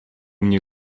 mnie